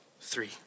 three